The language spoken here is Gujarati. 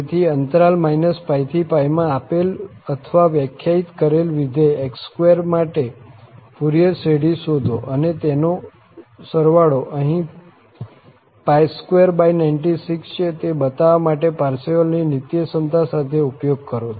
તેથી અંતરાલ πxπ માં આપેલ અથવા વ્યાખ્યાયિત કરેલ વિધેય x2 માટે ફુરિયર શ્રેઢી શોધો અને તેનો સરવાળો અહીં 296 છે તે બતાવવા માટે પારસેવલની નિત્યસમતા સાથે ઉપયોગ કરો